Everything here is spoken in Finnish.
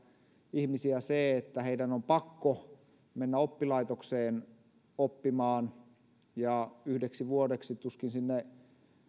ihmisiä se että heidän on pakko mennä oppilaitokseen oppimaan ja yhdeksi vuodeksi tuskin sinne